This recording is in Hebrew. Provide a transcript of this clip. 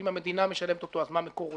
ואם המדינה משלמת אותו אז מה מקורותיו.